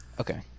Okay